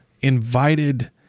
invited